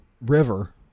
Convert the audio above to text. river